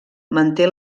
manté